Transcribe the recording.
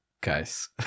Guys